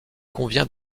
convient